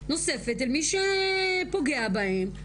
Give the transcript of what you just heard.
נוספת מול מי שפוגע בהם.